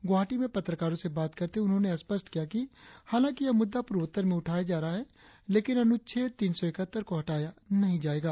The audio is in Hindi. गुवाहाटी में पत्रकारों से बात करते हुए उन्होंने स्पष्ट किया कि हालांकि यह मुद्दा पूर्वोत्तर में उठाया जा रहा है लेकिन अनुच्छेद तीन सौ एकहत्तर को हटाया नहीं जाएगा